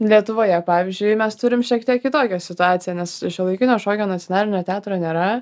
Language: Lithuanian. lietuvoje pavyzdžiui mes turim šiek tiek kitokią situaciją nes šiuolaikinio šokio nacionalinio teatro nėra